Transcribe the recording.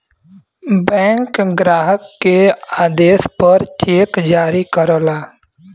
bank ग्राहक के आदेश पर चेक जारी करला